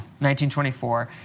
1924